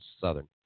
Southern